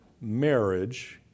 marriage